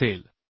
53 असेल